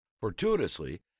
Fortuitously